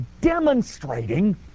demonstrating